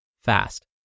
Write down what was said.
fast